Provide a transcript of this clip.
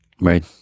Right